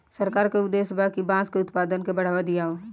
सरकार के उद्देश्य बा कि बांस के उत्पाद के बढ़ावा दियाव